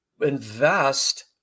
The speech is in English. invest